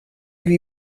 lui